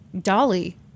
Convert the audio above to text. Dolly